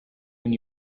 when